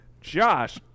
Josh